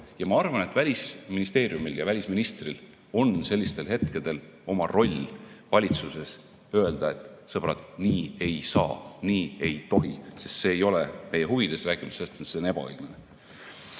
on? Ma arvan, et Välisministeeriumil ja välisministril on sellistel hetkedel oma roll valitsuses öelda: sõbrad, nii ei saa, nii ei tohi, sest see ei ole meie huvides, rääkimata sellest, et see on ebaõiglane.